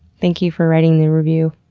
thank you for writing the review.